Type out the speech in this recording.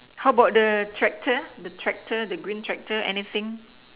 how about the tractor the tractor the green tractor anything